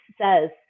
says